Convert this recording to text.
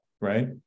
Right